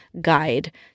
guide